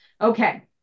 Okay